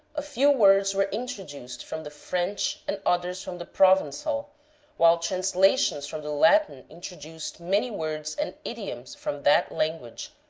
a few words were introduced from the french and others from the provengal, while translations from the latin introduced many words and idioms from that language,